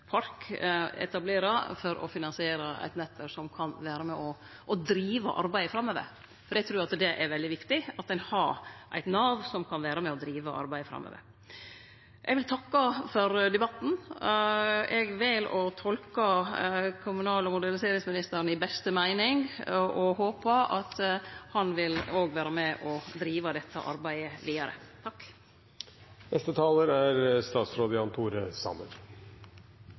park etablerer, for å finansiere eit nettverk som kan vere med og drive arbeidet framover. For eg trur det er veldig viktig at ein har eit nav som kan vere med og drive arbeidet framover. Eg vil takke for debatten. Eg vel å tolke kommunal- og moderniseringsministeren i beste meining og håper at han òg vil vere med og drive dette arbeidet vidare. Representanten Liv Signe Navarsete dro opp en diskusjon om kommune- og regionreform. Det er